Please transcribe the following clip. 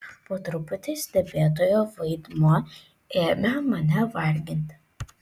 po truputį stebėtojo vaidmuo ėmė mane varginti